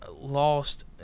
lost